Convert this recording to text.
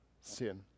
sin